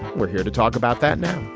we're here to talk about that now